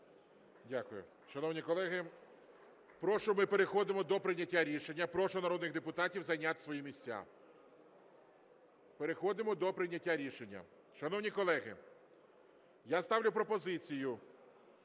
Дякую. Шановні колеги, ми переходимо до прийняття рішення, прошу народних депутатів зайняти свої місця. Переходимо до прийняття рішення. Шановні колеги, я ставлю пропозицію